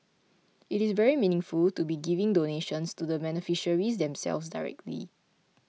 it is very meaningful to be giving donations to the beneficiaries themselves directly